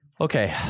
Okay